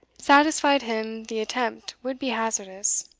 satisfied him the attempt would be hazardous.